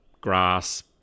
grass